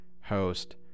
host